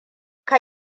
ka